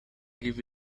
give